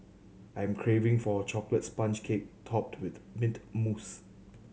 I'm craving for a chocolate sponge cake topped with mint mousse